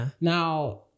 Now